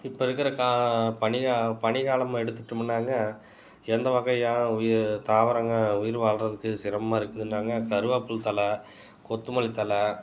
இப்போ இருக்கிற கா பனி கா பனி காலம் எடுத்துகிட்டோமுன்னாங்க எந்த வகையான உயி தாவரங்கள் உயிர் வாழ்கிறதுக்கு சிரமமாக இருக்குதுன்னாங்க கருவாப்பில் தழை கொத்துமல்லி தழை